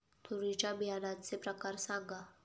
तूरीच्या बियाण्याचे प्रकार सांगा